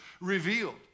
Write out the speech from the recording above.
revealed